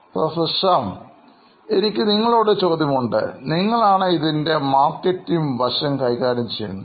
professor Shyam എനിക്ക് നിങ്ങളോട് ഒരു ചോദ്യമുണ്ട് നിങ്ങളാണ് ഇതിൻറെ മാർക്കറ്റിംഗ് വശം കൈകാര്യം ചെയ്യുന്നത്